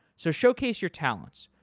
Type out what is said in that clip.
so, showcase your talents.